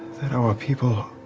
that our people